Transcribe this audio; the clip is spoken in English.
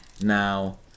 now